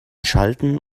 schalten